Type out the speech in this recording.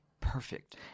perfect